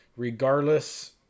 Regardless